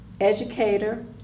educator